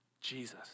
Jesus